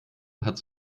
hat